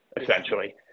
essentially